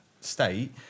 state